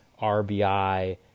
RBI